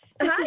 hi